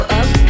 up